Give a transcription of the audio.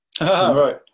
Right